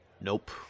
Nope